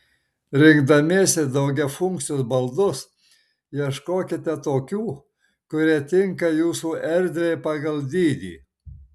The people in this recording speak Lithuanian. rinkdamiesi daugiafunkcius baldus ieškokite tokių kurie tinka jūsų erdvei pagal dydį